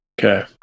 Okay